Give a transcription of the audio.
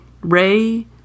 Ray